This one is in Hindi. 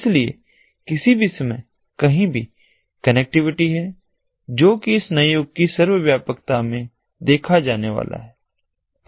इसलिए किसी भी समय कहीं भी कनेक्टिविटी है जो कि इस नए युग की सर्वव्यापकता में देखा जाने वाला है